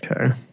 Okay